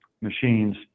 machines